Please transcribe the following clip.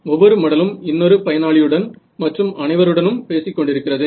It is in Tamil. ஒவ்வொரு மடலும் இன்னொரு பயனாளியுடன் மற்றும் அனைவருடனும் பேசிக்கொண்டிருக்கிறது